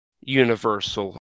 universal